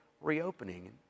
reopening